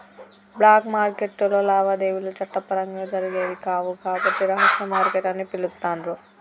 black మార్కెట్టులో లావాదేవీలు చట్టపరంగా జరిగేవి కావు కాబట్టి రహస్య మార్కెట్ అని పిలుత్తాండ్రు